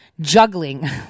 juggling